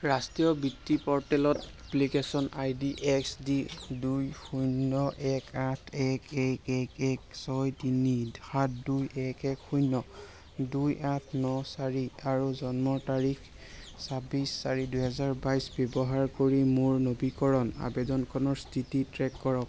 ৰাষ্ট্ৰীয় বৃত্তি প'ৰ্টেলত application I D X D দুই শূন্য এক আঠ এক এক এক এক ছয় তিনি সাত দুই এক এক শূন্য দুই আঠ ন চাৰি আৰু জন্মৰ তাৰিখ চাবিছ চাৰি দুহেজাৰ বাইছ ব্যৱহাৰ কৰি মোৰ নবীকৰণ আবেদনখনৰ স্থিতি ট্ৰে'ক কৰক